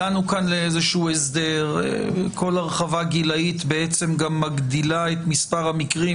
הגענו כאן לאיזשהו הסדר וכל הרחבה גילאית גם מגדילה את מספר המקרים